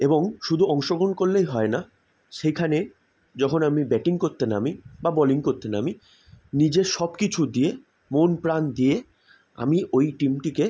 এবং শুধু অংশগ্রহণ করলেই হয় না সেখানে যখন আমি ব্যাটিং করতে নামি বা বলিং করতে নামি নিজের সব কিছু দিয়ে মন প্রাণ দিয়ে আমি ওই টিমটিকে